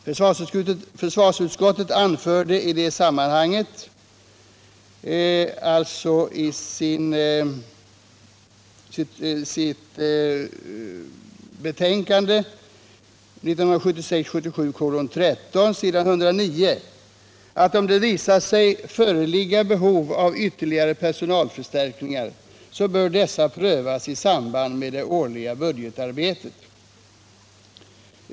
Försvarsutskottet anförde i det sammanhanget att om det visar sig föreligga behov av ytterligare personalförstärkningar, så bör dessa prövas i samband med det årliga budgetarbetet.